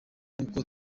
nuko